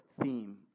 theme